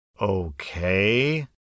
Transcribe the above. Okay